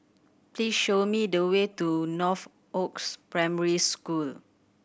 please show me the way to Northoaks Primary School